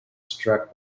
struck